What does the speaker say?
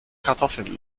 kartoffeln